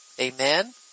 Amen